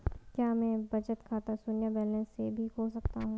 क्या मैं बचत खाता शून्य बैलेंस से भी खोल सकता हूँ?